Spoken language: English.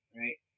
right